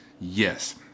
Yes